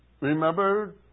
Remember